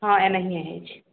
हँ एनहिए होइ छै